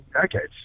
decades